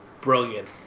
brilliant